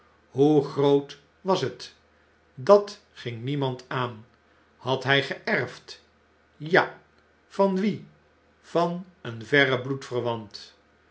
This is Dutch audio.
hoe groot was het dat ging niemand aan had hjj geerfd ja van wien van een verren